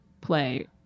play